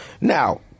Now